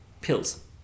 pills